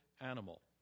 Animal